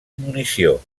munició